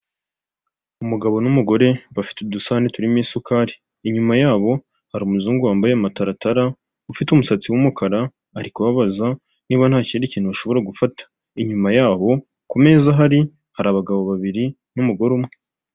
Umugabo n'umugore bafite udusahane turimo isukari, inyuma yabo hari umuzungu wambaye amataratara ufite umusatsi w'umukara ari kubabaza niba ntakindi kintu ushobora gufata inyuma yabo kumeza ahari hari abagabo babiri numugore umwe.